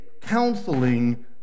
counseling